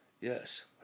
yes